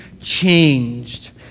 changed